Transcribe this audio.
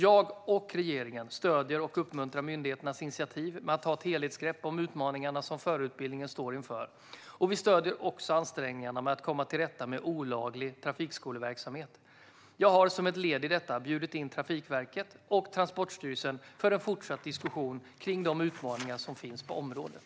Jag och regeringen stöder och uppmuntrar myndigheternas initiativ att ta ett helhetsgrepp om utmaningarna som förarutbildningen står inför, och vi stöder också ansträngningarna med att komma till rätta med olaglig trafikskoleverksamhet. Jag har som ett led i detta bjudit in Trafikverket och Transportstyrelsen för en fortsatt diskussion kring de utmaningar som finns på området.